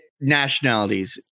nationalities